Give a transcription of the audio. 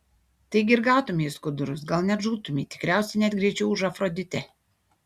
taigi ir gautumei į skudurus gal net žūtumei tikriausiai net greičiau už afroditę